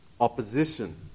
opposition